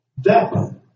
death